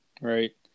right